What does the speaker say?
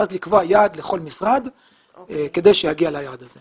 ואז לקבוע יעד לכל משרד כדי שיגיע ליעד הזה.